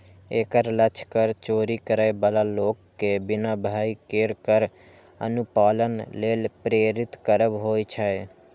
एकर लक्ष्य कर चोरी करै बला लोक कें बिना भय केर कर अनुपालन लेल प्रेरित करब होइ छै